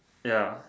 ya